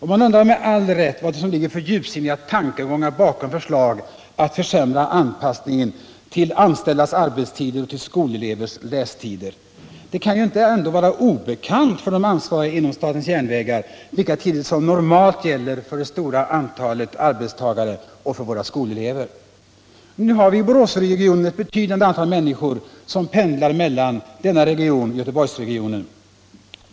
Man undrar med all rätt vilka djupsinniga tankar som ligger bakom förslag att försämra anpassningen till anställdas arbetstider och skolelevers lästider. Det kan ju ändå inte vara obekant för de ansvariga inom statens järnvägar vilka tider som normalt gäller för det stora antalet arbetstagare och för våra skolelever. Vi har i Boråsregionen ett betydande antal människor som pendlar mellan denna region och Göteborgsregionen.